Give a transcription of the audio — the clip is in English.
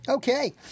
Okay